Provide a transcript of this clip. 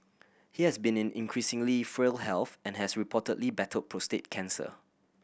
he has been in increasingly frail health and has reportedly battled prostate cancer